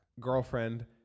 Girlfriend